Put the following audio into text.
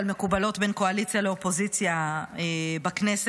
מקובלות בין קואליציה לאופוזיציה בכנסת,